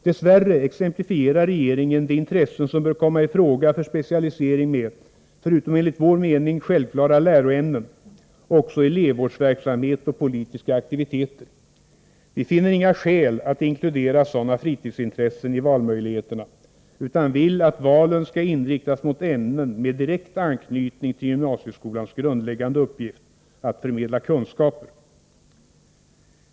Dess värre exemplifierar regeringen de intressen som bör komma i fråga för specialisering med, förutom enligt vår mening självklara läroämnen, också elevvårdsverksamhet och politiska aktiviteter. Vi finner inga skäl att inkludera sådana fritidsintressen i valmöjligheterna, utan vill att valen skall inriktas mot ämnen med direkt anknytning till gymnasieskolans grundläggande uppgift: att förmedla kunskaper.